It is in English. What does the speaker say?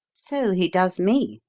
so he does me,